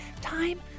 time